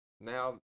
Now